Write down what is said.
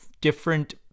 different